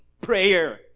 prayer